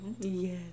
Yes